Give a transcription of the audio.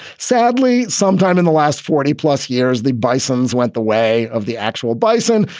sadly, sometime in the last forty plus years, the bisons went the way of the actual bison.